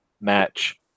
match